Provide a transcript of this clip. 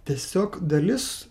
tiesiog dalis